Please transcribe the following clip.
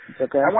okay